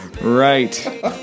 Right